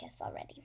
already